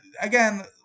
again